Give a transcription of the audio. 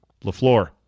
LaFleur